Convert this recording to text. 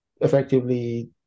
effectively